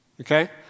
Okay